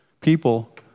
People